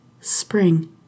Spring